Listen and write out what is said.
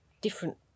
different